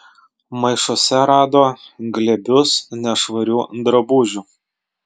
maišuose rado glėbius nešvarių drabužių